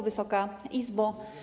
Wysoka Izbo!